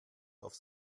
auf